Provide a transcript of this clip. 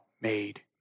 made